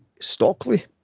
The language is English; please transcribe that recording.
Stockley